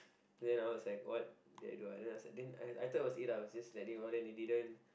then I was like what did I do ah then I thought it was eight hours then they didn't